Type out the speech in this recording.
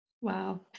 Wow